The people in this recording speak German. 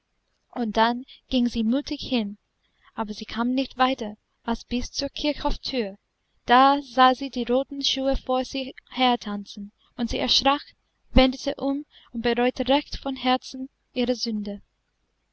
und dann ging sie mutig hin aber sie kam nicht weiter als bis zur kirchhofthür da sah sie die roten schuhe vor sich hertanzen und sie erschrak wendete um und bereute recht von herzen ihre sünde